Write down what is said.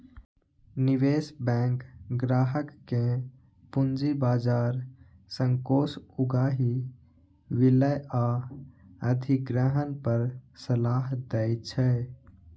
निवेश बैंक ग्राहक कें पूंजी बाजार सं कोष उगाही, विलय आ अधिग्रहण पर सलाह दै छै